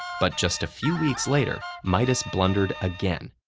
but just a few weeks later, midas blundered again,